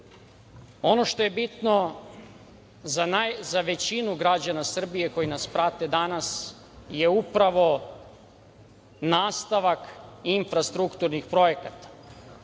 što je bitno za većinu građana Srbije koji nas prate danas je upravo nastavak infrastrukturnih projekata.